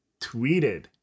tweeted